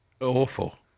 Awful